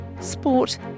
sport